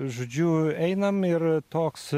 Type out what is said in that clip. žodžiu einam ir toks